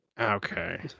okay